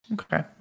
Okay